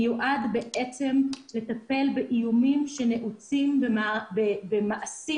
מיועד בעצם לטפל באיומים שנעוצים במעשים